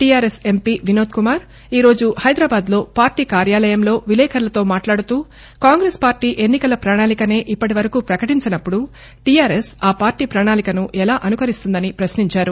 TRS MP Vinod Kumar ఈరోజు హైదరాబాద్లో party కార్యాలయంలో విలేకరులతో మాట్లాడుతూ కాంగ్రెస్ పార్టీ ఎన్నికల ప్రజాళికనే ఇప్పటి వరకు ప్రకటించనప్పుడు టిఆర్ఎస్ ఆ పార్టీ పణాళికను ఎలా అనుకరిస్తుందని ఆయన పశ్నించారు